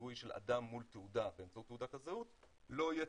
זיהוי של אדם מול תעודה באמצעות תעודת הזהות לא יהיה